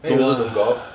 then you don't want to golf